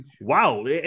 wow